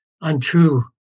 untrue